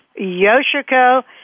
Yoshiko